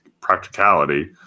practicality